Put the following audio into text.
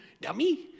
dummy